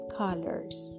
colors